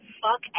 fuck